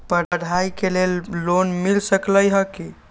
पढाई के लेल लोन मिल सकलई ह की?